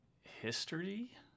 history